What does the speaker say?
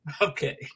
Okay